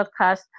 podcast